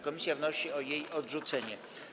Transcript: Komisja wnosi o jej odrzucenie.